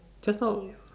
just now